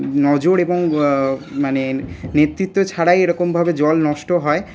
নজর এবং মানে নেতৃত্ব ছাড়াই এরকমভাবে জল নষ্ট হয়